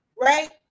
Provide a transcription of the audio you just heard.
right